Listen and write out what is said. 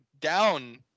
down